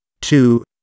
two